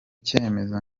cyemezo